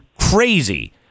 crazy